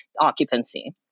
occupancy